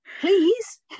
please